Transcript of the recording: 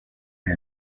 and